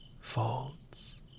folds